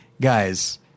guys